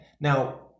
now